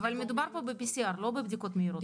אבל מדובר פה ב-PCR, לא בבדיקות מהירות.